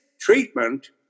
treatment